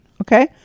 okay